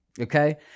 Okay